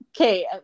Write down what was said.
Okay